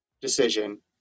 Decision